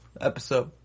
episode